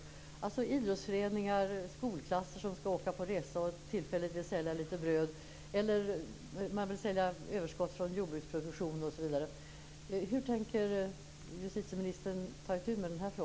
Det gäller idrottsföreningar, skolklasser som skall åka på resa och tillfälligt vill sälja litet bröd eller att man vill sälja överskott från jordbruksproduktion, osv.